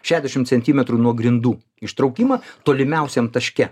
šešiasdešimt centimetrų nuo grindų ištraukimą tolimiausiam taške